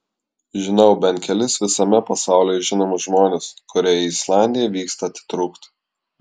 žinau bent kelis visame pasaulyje žinomus žmones kurie į islandiją vyksta atitrūkti